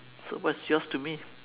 so what's yours to me